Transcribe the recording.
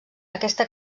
aquesta